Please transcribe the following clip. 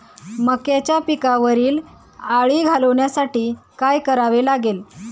मक्याच्या पिकावरील अळी घालवण्यासाठी काय करावे लागेल?